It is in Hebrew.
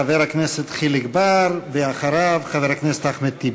חבר הכנסת חיליק בר, ואחריו, חבר הכנסת אחמד טיבי.